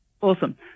Awesome